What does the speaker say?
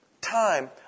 time